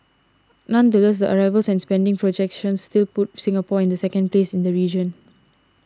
nonetheless the arrivals and spending projections still put Singapore in the second place in the region